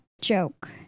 joke